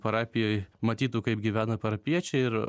parapijoj matytų kaip gyvena parapiečiai ir